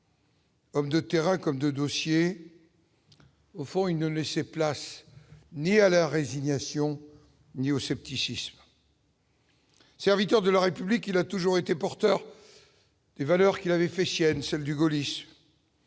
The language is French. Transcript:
Homme de terrain comme 2 dossiers au fond il ne laissait place ni à la résignation, ni au scepticisme serviteurs de la République, il a toujours été porteur des valeurs qu'il avait fait sienne celle du gaullisme,